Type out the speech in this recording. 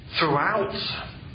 throughout